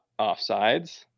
offsides